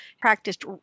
practiced